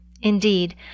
Indeed